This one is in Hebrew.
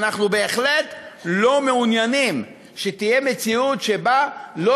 אנחנו בהחלט לא מעוניינים שתהיה מציאות שבה לא